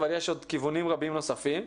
אבל יש עוד כיוונים רבים נוספים,